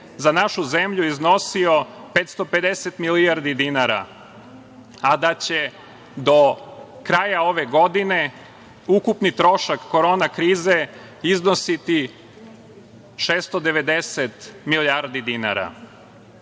za našu zemlju iznosio 550 milijardi dinara, a da će do kraja ove godine ukupni trošak Korona krize iznositi 690 milijardi dinara,